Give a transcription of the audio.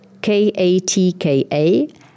katka